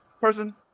person